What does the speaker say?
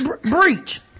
breach